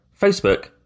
Facebook